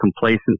complacent